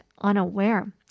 unaware